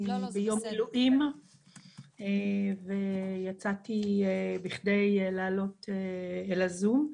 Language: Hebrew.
אני ביום מילואים ויצאתי בכדי לעלות לזום.